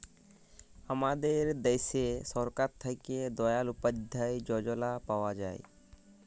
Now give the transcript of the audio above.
আমাদের দ্যাশে সরকার থ্যাকে দয়াল উপাদ্ধায় যজলা পাওয়া যায়